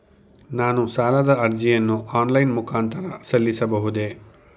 ನಾನು ಸಾಲದ ಅರ್ಜಿಯನ್ನು ಆನ್ಲೈನ್ ಮುಖಾಂತರ ಸಲ್ಲಿಸಬಹುದೇ?